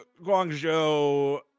Guangzhou